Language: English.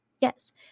Yes